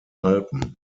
alpen